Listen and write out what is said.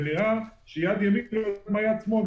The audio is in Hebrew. נראה שיד ימין לא יודעת מה עושה יד שמאל.